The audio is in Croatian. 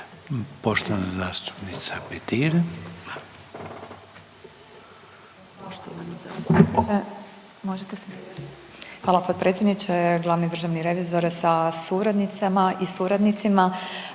Poštovana zastupnica Petir.